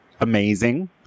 amazing